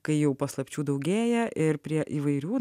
kai jau paslapčių daugėja ir prie įvairių